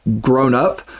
grown-up